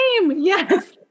Yes